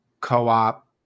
Co-op